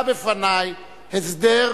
בפני הסדר,